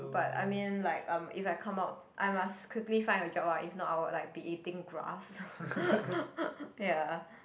but I mean like I'm if I come out I must quickly find a job ah if not I will like be eating grass ya